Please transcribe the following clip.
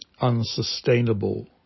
unsustainable